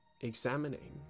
examining